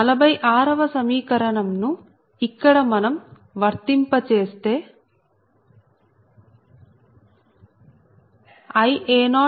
46 వ సమీకరణం ను ఇక్కడ మనం వర్తింప చేస్తాం